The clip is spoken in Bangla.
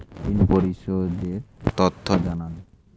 ঋন পরিশোধ এর তথ্য জানান